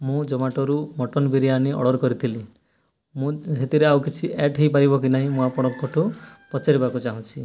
ମୁଁ ଜୋମାଟୋରୁ mutton biryani order କରିଥିଲି ମୁଁ ସେଥିରେ ଆଉ କିଛି ଆଡ୍ ହୋଇପାରିବ କି ନାହିଁ ମୁଁ ଆପଣଙ୍କଠୁ ପଚାରିବାକୁ ଚାହୁଁଛି